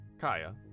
Kaya